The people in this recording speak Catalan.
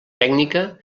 tècnica